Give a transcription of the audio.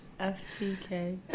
FTK